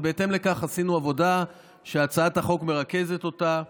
ובהתאם לכך עשינו עבודה שהצעת החוק מרכזת אותה.